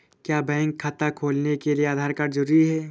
क्या बैंक खाता खोलने के लिए आधार कार्ड जरूरी है?